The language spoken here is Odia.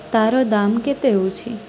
ତା'ର ଦାମ୍ କେତେ ହେଉଛି